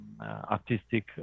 artistic